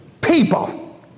people